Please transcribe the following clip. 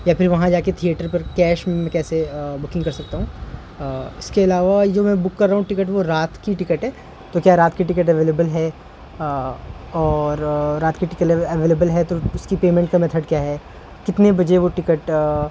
یا پھر وہاں جا کے تھئیٹر پر کیش میں کیسے بکنگ کر سکتا ہوں اس کے علاوہ جو میں بک کر رہا ہوں وہ رات کی ٹکٹ ہے تو کیا رات کی ٹکٹ اویلیبل ہے اور رات کی ٹکٹ اویلیبل ہے تو اس کی پیمنٹ کا میتھڈ کیا ہے کتنے بجے وہ ٹکٹ